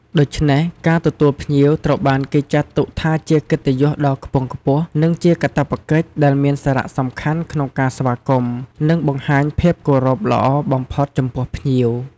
ដូច្នេះ ការទទួលភ្ញៀវត្រូវបានគេចាត់ទុកថាជាកិត្តិយសដ៏ខ្ពង់ខ្ពស់ និងជាកាតព្វកិច្ចដែលមានសារៈសំខាន់ក្នុងការស្វាគមន៍ និងបង្ហាញភាពគោរពល្អបំផុតចំពោះភ្ញៀវ។